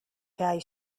guy